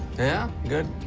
yeah? good.